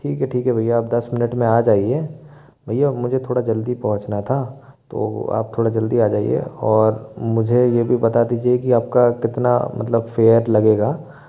ठीक है ठीक है भैया आप दस मिनट में आ जाइए भैया मुझे थोड़ा जल्दी पहुँचना था तो आप थोड़ा जल्दी आ जाइए और मुझे यह भी बता दीजिए कि आपका कितना मतलब फेयर लगेगा